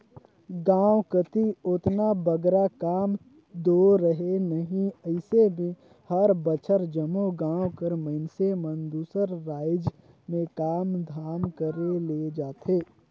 गाँव कती ओतना बगरा काम दो रहें नई अइसे में हर बछर जम्मो गाँव कर मइनसे मन दूसर राएज में काम धाम करे ले जाथें